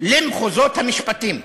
למחוזות המשפטים.